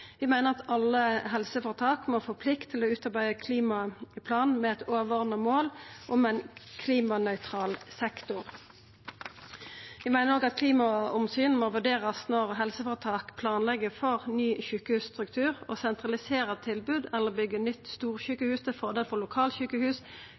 vi fremjar forslag om det. Vi meiner at alle helseføretak må få plikt til å utarbeida ein klimaplan med eit overordna mål om ein klimanøytral sektor. Vi meiner òg at klimaomsyn må vurderast når helseføretak planlegg for ny sjukehusstruktur. Å sentralisera tilbod eller å byggja nytt